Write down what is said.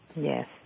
Yes